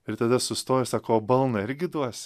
ir tada sustojo sako o balną irgi duos